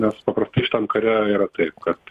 nes paprastai šitam kare yra taip kad